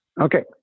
Okay